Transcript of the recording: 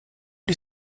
les